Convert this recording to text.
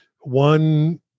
One